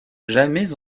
jamais